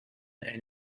and